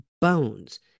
bones